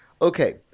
okay